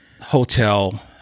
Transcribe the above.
hotel